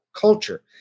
culture